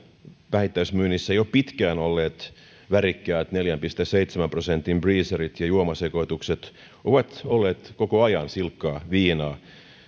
vähittäismyynnissä jo pitkään olleet värikkäät neljän pilkku seitsemän prosentin breezerit ja juomasekoitukset ovat olleet koko ajan silkkaa viinaa